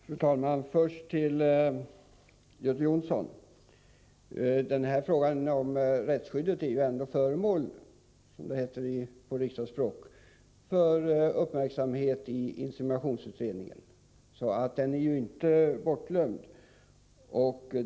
Fru talman! Först vill jag säga till Göte Jonsson att frågan om rättsskyddet ändå är — som det heter på riksdagsspråk — föremål för uppmärksamhet inom inseminationsutredningen. Den frågan är inte bortglömd.